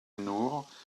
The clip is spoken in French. nour